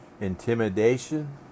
intimidation